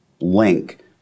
link